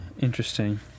interesting